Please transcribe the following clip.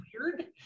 weird